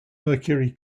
mercury